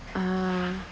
ah